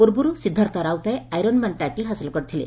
ପୂର୍ବରୁ Siddharth Routray iron man title ହାସଲ କରିଥିଲେ